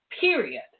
period